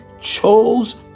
chose